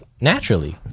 naturally